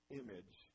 image